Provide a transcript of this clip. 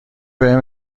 بهم